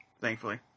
Thankfully